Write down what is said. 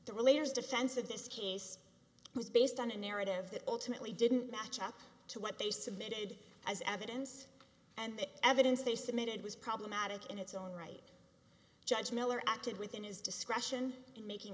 real leaders defense of this case was based on a narrative that ultimately didn't match up to what they submitted as evidence and the evidence they submitted was problematic in its own right judge miller acted within his discretion in making